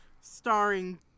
starring